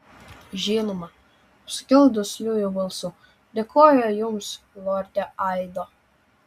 žinoma pasakiau dusliu balsu dėkoju jums lorde aido